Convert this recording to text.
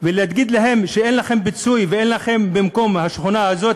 ולהגיד להם שאין לכם פיצוי ואין לכם במקום השכונה הזאת,